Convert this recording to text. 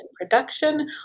production